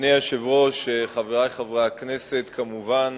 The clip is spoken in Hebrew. אדוני היושב-ראש, חברי חברי הכנסת, כמובן